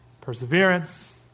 perseverance